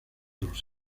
los